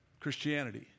Christianity